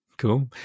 Cool